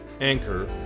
Anchor